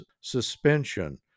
suspension